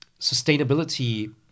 sustainability